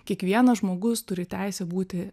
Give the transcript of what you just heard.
kiekvienas žmogus turi teisę būti